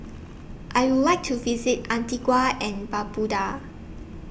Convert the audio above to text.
I Would like to visit Antigua and Barbuda